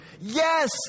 yes